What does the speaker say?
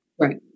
Right